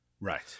Right